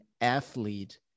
athlete